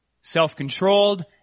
self-controlled